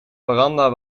veranda